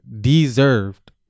deserved